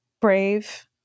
brave